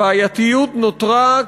הבעייתיות נותרה,